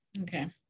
Okay